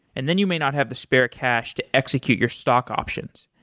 and then you may not have the spare cash to execute your stock options.